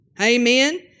Amen